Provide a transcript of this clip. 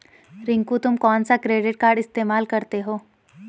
रिंकू तुम कौन सा क्रेडिट कार्ड इस्तमाल करते हो?